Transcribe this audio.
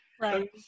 Right